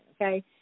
okay